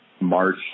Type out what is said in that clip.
March